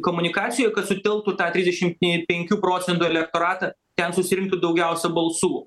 komunikacijoj kad sukeltų tą trisdešimt penkių procentų elektoratą ten susirinktų daugiausia balsų